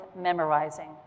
memorizing